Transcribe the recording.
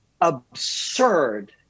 absurd